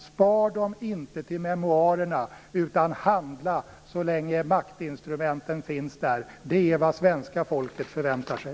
Spar dem inte till memoarerna, utan handla så länge maktinstrumenten finns där. Det är vad svenska folket förväntar sig.